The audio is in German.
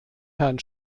herrn